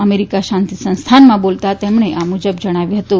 America શાંતિ સંસ્થાનમાં બોલતાં તેમણે આ મુજબ જણાવ્યું હતું